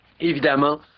Évidemment